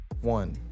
One